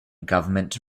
government